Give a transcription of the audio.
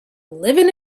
living